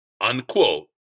unquote